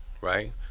Right